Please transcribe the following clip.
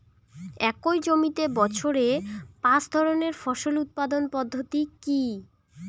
একই জমিতে বছরে পাঁচ ধরনের ফসল উৎপাদন পদ্ধতি কী?